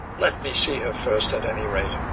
let me see her first, at any rate.